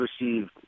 received